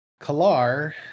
Kalar